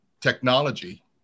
technology